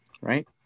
Right